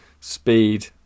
speed